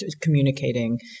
communicating